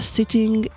Sitting